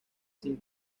sin